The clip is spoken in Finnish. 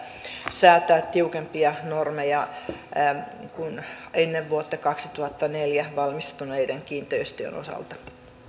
säätää tiukempia normeja kuin ennen vuotta kaksituhattaneljä valmistuneiden kiinteistöjen osalta